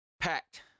Packed